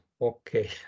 Okay